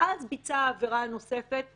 ואז ביצע עבירה נוספת חמורה,